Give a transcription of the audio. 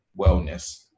wellness